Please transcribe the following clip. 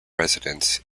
residence